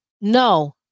No